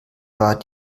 war